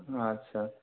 ଆଚ୍ଛା